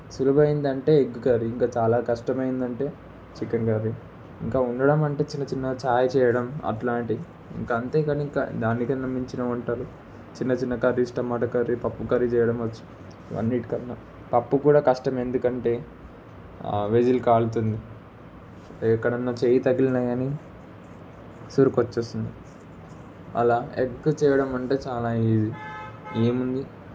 సులువు అయింది అంటే ఎగ్ కర్రీ ఇంకా చాలా కష్టమైనది అంటే చికెన్ కర్రీ ఇంకా వండడం అంటే చిన్న చిన్న ఛాయ్ చేయడం అట్లాంటి ఇంక అంతేగాని ఇంక దానికన్నా మించిన వంటలు చిన్న చిన్న కర్రీస్ టమాటా కర్రీ పప్పు కర్రీ చేయడం వచ్చు అన్నిటికన్నా పప్పు కూడా కష్టం ఎందుకంటే విజిల్ కాలుతుంది ఎక్కడన్న చెయ్యి తగిలినా కానీ సురుకు వచ్చేస్తుంది అలా ఎగ్గు చేయడం అంటే చాలా ఈజీ ఏముంది